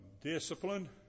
discipline